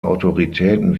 autoritäten